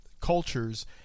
cultures